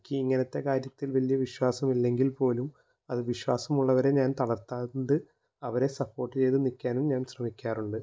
എനിക്ക് ഇങ്ങനത്തെ കാര്യത്തിൽ വലിയ വിശ്വാസം ഇല്ലെങ്കിൽ പോലും അത് വിശ്വാസമുള്ളവരെ ഞാൻ തളർത്താണ്ട് അവരെ സപ്പോട്ട് ചെയ്ത് നില്ക്കാനും ഞാൻ ശ്രമിക്കാറുണ്ട്